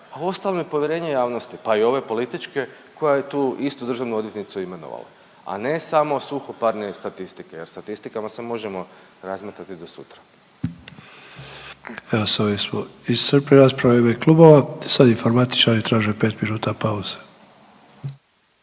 uostalom i povjerenje javnosti pa i ove političke koja je tu istu državnu odvjetnicu imenovala, a ne samo suhoparne statistike jer statistikama se možemo razmetati do sutra. **Sanader, Ante (HDZ)** Evo s ovim smo iscrpili rasprave u ime klubova. Sad informatičari traže pet minuta pauze.